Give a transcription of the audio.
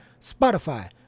Spotify